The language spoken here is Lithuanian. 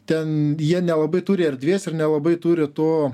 ten jie nelabai turi erdvės ir nelabai turi to